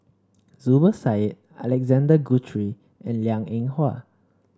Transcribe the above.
Zubir Said Alexander Guthrie and Liang Eng Hwa